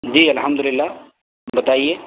جی الحمد للہ بتائیے